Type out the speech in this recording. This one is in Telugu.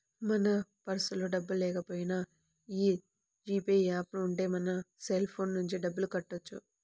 మన పర్సులో డబ్బుల్లేకపోయినా యీ జీ పే యాప్ ఉంటే మన సెల్ ఫోన్ నుంచే డబ్బులు కట్టొచ్చు